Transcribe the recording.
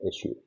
issue